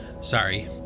sorry